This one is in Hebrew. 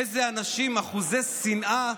אנשים אחוזי שנאה.